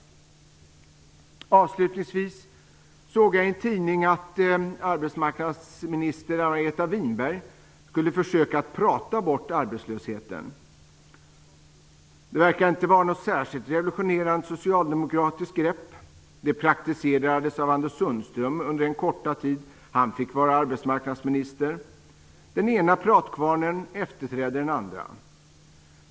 Avslutningsvis såg jag i en tidning att arbetsmarknadsminister Margareta Winberg skulle försöka att prata bort arbetslösheten. Det verkar inte vara något särskilt revolutionerande socialdemokratiskt grepp. Det praktiserades av Anders Sundström under den korta tid som han fick vara arbetsmarknadsminister. Den ena pratkvarnen efterträder den andra.